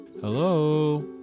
hello